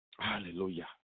Hallelujah